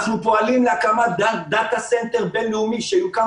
אנחנו פועלים להקמת דאטא-סנטר בין-לאומי שיוקם